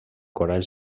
corall